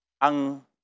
ang